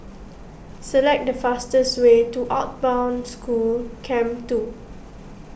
select the fastest way to out Bound School Camp two